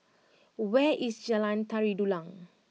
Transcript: where is Jalan Tari Dulang